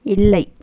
இல்லை